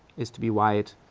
is to be white,